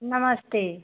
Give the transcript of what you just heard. नमस्ते